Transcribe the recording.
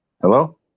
Hello